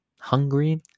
hungry